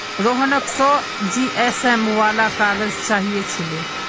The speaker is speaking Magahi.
रोहनक सौ जीएसएम वाला काग़ज़ चाहिए छिले